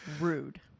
rude